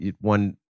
one